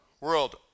World